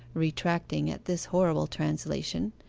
retracting at this horrible translation,